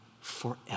forever